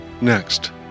Next